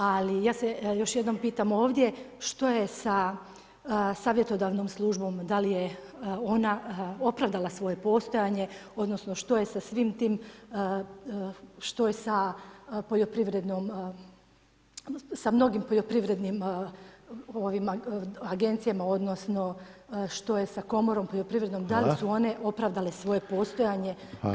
Ali ja se još jednom pitam ovdje, što je sa savjetodavnom službom, da li je ona opravdala svoje postojanje, odnosno, što je sa svim tim, što je sa poljoprivrednom, sa mnogim poljoprivrednim agencijama, odnosno, što je sa komorom poljoprivrednom, da li su one opravdale svoje postojanje, kada nam je ovakvo stanje.